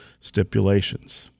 stipulations